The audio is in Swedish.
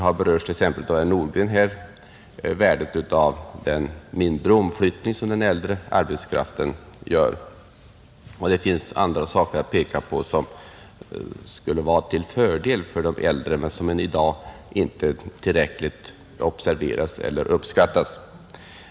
Herr Nordgren har berört värdet av den mindre omflyttningen bland den äldre arbetskraften. Det finns också annat som borde tala till de äldres förmån men som i dag inte tillräckligt observeras eller uppskattas.